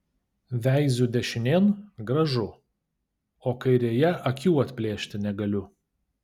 veiziu dešinėn gražu o kairėje akių atplėšti negaliu